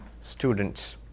students